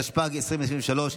התשפ"ג 2023,